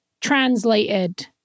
translated